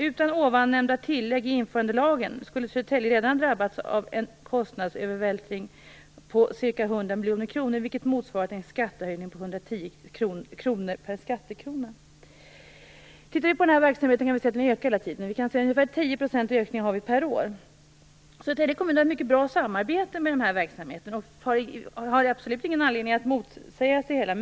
Utan det tidigare nämnda tillägget i införandelagen skulle Södertälje redan ha drabbats av en kostnadsövervältring på ca 100 miljoner kronor, vilket motsvarar en skattehöjning på 1:10 kr per skattekrona. Den här verksamheten ökar hela tiden, en ökning med ungefär 10 % per år. Södertälje kommun har ett mycket bra samarbete med den här verksamheten och har absolut ingen anledning att motsätta sig det hela.